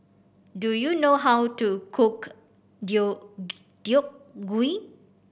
do you know how to cook Deodeok Gui